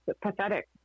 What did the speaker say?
pathetic